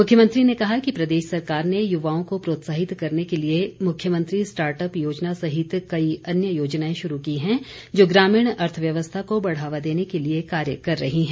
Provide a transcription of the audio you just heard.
मुख्यमंत्री ने कहा कि प्रदेश सरकार ने युवाओं को प्रोत्साहित करने के लिए मुख्यमंत्री स्टार्टअप योजना सहित कई अन्य योजनाएं शुरू की हैं जो ग्रामीण अर्थव्यवस्था को बढ़ावा देने के लिए कार्य कर रही है